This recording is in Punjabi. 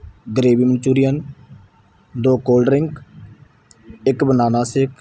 ਗਰੇਵੀ ਮੰਚੁਰੀਅਨ ਨੂੰ ਦੋ ਕੋਲਡ ਡਰਿੰਕ ਇੱਕ ਬਨਾਨਾ ਸੇਕ